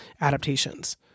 adaptations